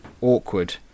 awkward